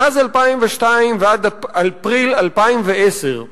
מאז 2002 ועד אפריל 2010,